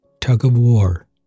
tug-of-war